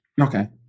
Okay